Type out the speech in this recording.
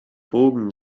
bogen